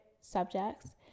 subjects